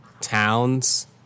towns